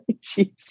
Jesus